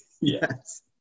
Yes